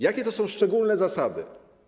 Jakie są te szczególne zasady?